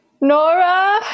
Nora